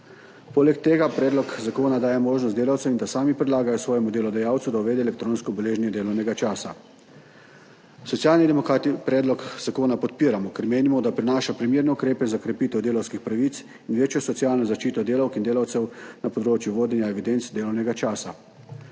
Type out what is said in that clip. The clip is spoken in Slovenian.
Poleg tega predlog zakona daje možnost delavcem, da sami predlagajo svojemu delodajalcu, da uvede elektronsko beleženje delovnega časa. Socialni demokrati predlog zakona podpiramo, ker menimo, da prinaša primerne ukrepe za krepitev delavskih pravic in večjo socialno zaščito delavk in delavcev na področju vodenja evidenc delovnega časa.